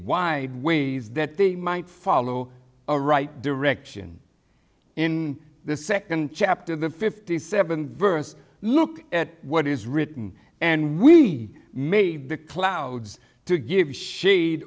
why ways that they might follow a right direction in the second chapter the fifty seven verse look at what is written and we made the clouds to give shade